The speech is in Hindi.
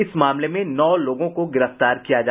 इस मामले में नौ लोगों को गिरफ्तार किया गया है